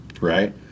right